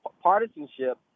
partisanship